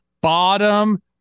bottom